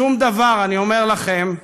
שום דבר, אני אומר לכם,